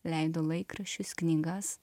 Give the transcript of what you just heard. leido laikraščius knygas